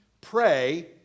pray